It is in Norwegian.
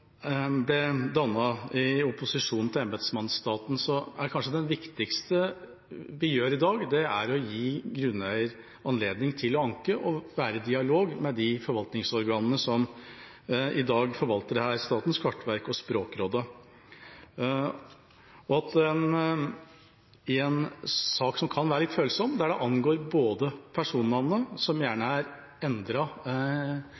ble dannet i opposisjon til embetsmannsstaten, er kanskje det viktigste vi gjør i dag, å gi grunneier anledning til å anke og være i dialog med de forvaltningsorganene som i dag forvalter dette – Statens kartverk og Språkrådet. I en sak som kan være litt følsom, som angår både personnavnet – som gjerne er